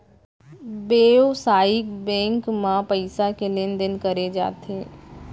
बेवसायिक बेंक म पइसा के लेन देन करे जाथे